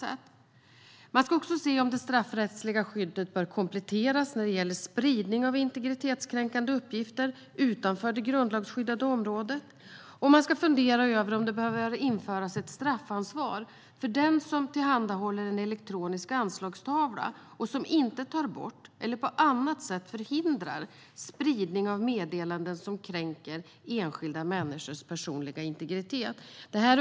Utredaren ska också se om det straffrättsliga skyddet bör kompletteras när det gäller spridning av integritetskränkande uppgifter utanför det grundlagsskyddade området, samt fundera över om det behöver införas ett straffansvar för den som tillhandahåller en elektronisk anslagstavla och som inte tar bort eller på annat sätt förhindrar spridning av meddelanden som kränker enskilda människors personliga integritet.